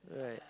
right